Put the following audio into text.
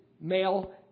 male